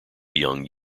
young